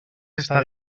està